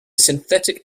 synthetic